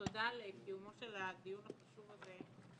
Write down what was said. ותודה על קיומו של הדיון החשוב הזה.